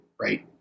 right